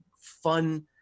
fun